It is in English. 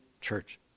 church